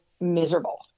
miserable